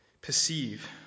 perceive